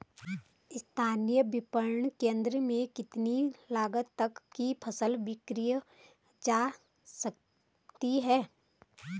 स्थानीय विपणन केंद्र में कितनी लागत तक कि फसल विक्रय जा सकती है?